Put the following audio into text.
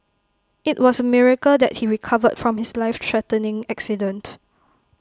IT was A miracle that he recovered from his life threatening accident